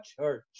church